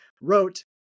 wrote